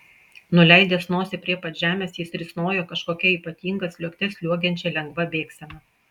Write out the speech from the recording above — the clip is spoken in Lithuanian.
nuleidęs nosį prie pat žemės jis risnojo kažkokia ypatinga sliuogte sliuogiančia lengva bėgsena